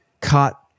cut